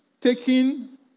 taking